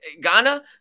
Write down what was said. Ghana